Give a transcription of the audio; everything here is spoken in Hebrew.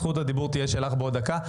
זכות הדיבור תהיה שלך בעוד דקה.